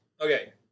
Okay